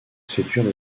séduire